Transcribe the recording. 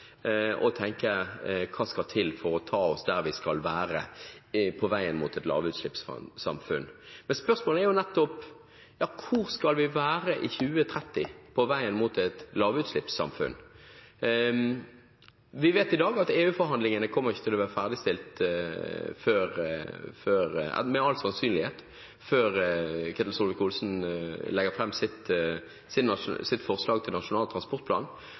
å tenke visjonært og å tenke på hva som skal til for å ta oss dit vi skal være – på veien mot et lavutslippssamfunn. Spørsmålet er jo nettopp: Hvor skal vi være i 2030, på veien mot et lavutslippssamfunn? Vi vet i dag at EU-forhandlingene med all sannsynlighet ikke kommer til å være ferdigstilt før statsråd Ketil Solvik-Olsen legger fram sitt forslag til Nasjonal transportplan.